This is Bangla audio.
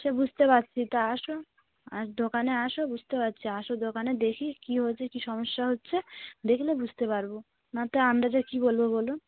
সে বুঝতে পারছি তো আসো আর দোকানে আসো বুঝতে পারছি আসো দোকানে দেখি কি হচ্ছে কি সমস্যা হচ্ছে দেখলে বুঝতে পারবো না তো আন্দাজে যে কি বলবো বলুন